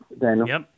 Daniel